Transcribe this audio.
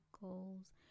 goals